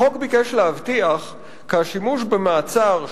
החוק ביקש להבטיח כי השימוש במעצר,